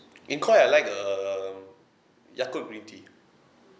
in koi I like um yakult green tea